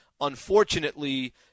Unfortunately